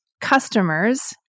customers